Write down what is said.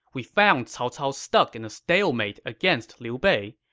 we found cao cao stuck in a stalemate against liu bei.